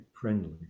friendly